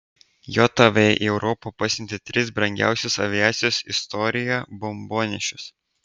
jav į europą pasiuntė tris brangiausius aviacijos istorijoje bombonešius